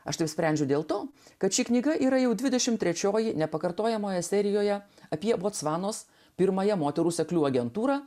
aš nusprendžiau dėl to kad ši knyga yra jau dvidešimt trečioji nepakartojamoje serijoje apie botsvanos pirmąją moterų seklių agentūrą